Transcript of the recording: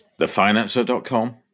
thefinancer.com